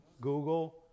Google